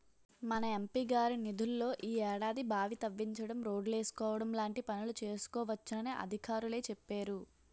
మన ఎం.పి గారి నిధుల్లో ఈ ఏడాది బావి తవ్వించడం, రోడ్లేసుకోవడం లాంటి పనులు చేసుకోవచ్చునని అధికారులే చెప్పేరు